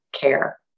care